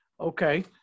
Okay